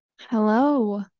Hello